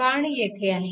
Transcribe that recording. बाण येथे आहे